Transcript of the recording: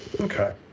Okay